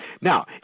Now